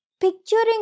picturing